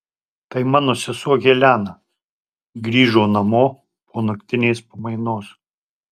tai mano sesuo helena grįžo namo po naktinės pamainos